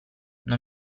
non